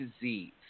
disease